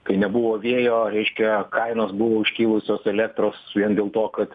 kai nebuvo vėjo reiškia kainos buvo užkilusios elektros vien dėl to kad